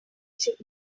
should